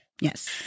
yes